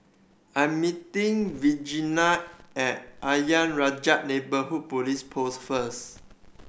I am meeting Virginia at Ayer Rajah Neighbourhood Police Post first